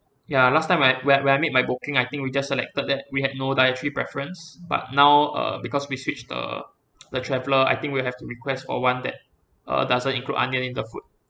ya last time right when when I made my booking I think we just selected that we had no dietary preference but now uh because we switched the the traveller I think we'll have to request for one that uh doesn't include onions in the food